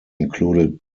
included